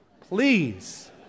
please